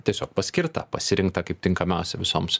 tiesiog paskirta pasirinkta kaip tinkamiausia visoms